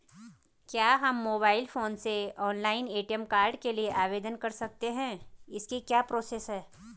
क्या हम mobile phone से भी ऑनलाइन ए.टी.एम कार्ड के लिए आवेदन कर सकते हैं इसकी क्या प्रोसेस है?